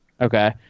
Okay